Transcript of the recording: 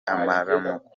amaramuko